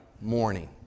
morning